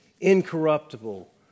incorruptible